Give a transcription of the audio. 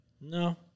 No